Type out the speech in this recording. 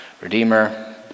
redeemer